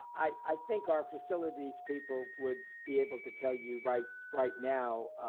i think our facilities people would be able to tell you right right now,